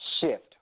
shift